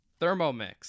Thermomix